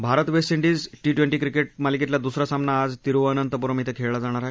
Bharat West Indies T twenty cricket मालिकेतला दुसरा सामना आज तिरूवअनंतपुरम इथं खेळला जाणार आहे